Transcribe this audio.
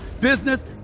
business